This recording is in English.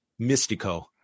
Mystico